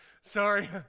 Sorry